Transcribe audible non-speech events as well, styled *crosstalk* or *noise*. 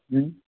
ᱦᱩᱸ *unintelligible*